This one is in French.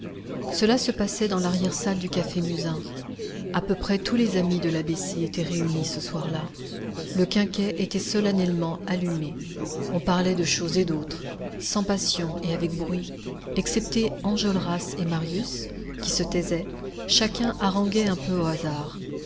cela se passait dans larrière salle du café musain à peu près tous les amis de l'a b c étaient réunis ce soir-là le quinquet était solennellement allumé on parlait de choses et d'autres sans passion et avec bruit excepté enjolras et marius qui se taisaient chacun haranguait un peu au hasard